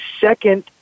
second